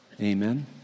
Amen